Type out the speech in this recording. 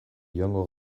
joango